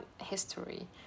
history